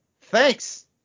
thanks